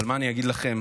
אבל מה אני אגיד לכם,